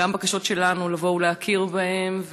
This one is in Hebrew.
גם בקשות שלנו לבוא ולהכיר בהן,